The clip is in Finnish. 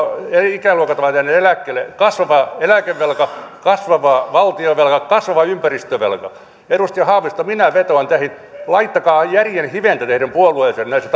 ikäluokat ovat jääneet eläkkeelle kasvava eläkevelka kasvava valtionvelka kasvava ympäristövelka edustaja haavisto minä vetoan teihin laittakaa järjen hiventä teidän puolueeseenne näissä